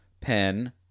pen